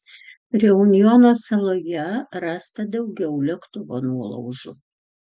reunjono saloje rasta daugiau lėktuvo nuolaužų